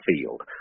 field